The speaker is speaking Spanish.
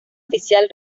oficial